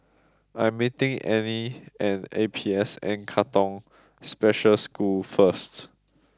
I'm meeting Anie at A P S N Katong Special School first